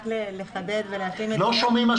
רק לחדד את